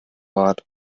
rad